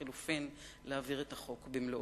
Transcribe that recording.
לחלופין, נעביר את החוק במלואו.